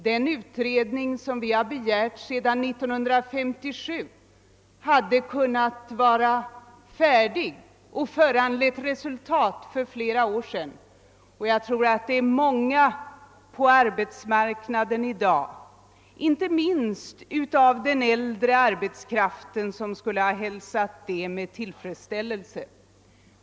Den utredning som vi har begärt sedan 1957 skulle ha varit färdig och ha lett till resultat för flera år sedan, och jag tror att många på arbetsmarknaden i dag — inte minst den äldre arbetskraften — skulle ha hälsat det med tillfredsställelse.